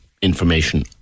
information